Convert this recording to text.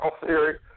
Theory